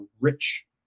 rich